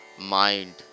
mind